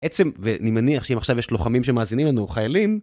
עצם ואני מניח שאם יש עכשיו יש לוחמים שמאזינים לנו חיילים